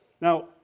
Now